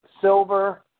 silver